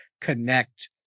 connect